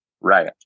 Right